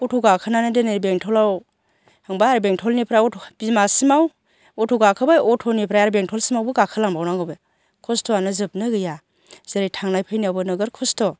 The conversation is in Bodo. अट' गाखोनानै दोनै बेंटलाव थांबाय बेटलनिफ्राय अट' बिमा सिमाव अट' गाखोबाय अट'निफ्राय आरो बेंटल सिमावबो गाखोलांबावनांगौ बे खस्थ'आनो जोबनो गैया जेरै थांनाय फैनायावबो नोगोर खस्थ'